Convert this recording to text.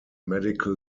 medical